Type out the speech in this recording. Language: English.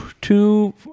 two